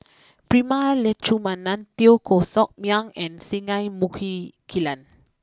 Prema Letchumanan Teo Koh Sock Miang and Singai Muki Kilan